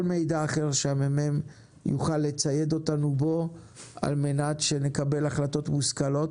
מידע אחר שהממ"מ יוכל לצייד אותנו בו על מנת שנקבל החלטות מושכלות.